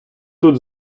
тут